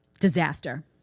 Disaster